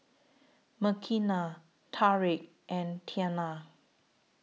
Makenna Tariq and Tianna